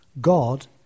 God